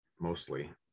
mostly